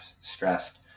stressed